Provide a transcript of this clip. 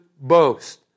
boast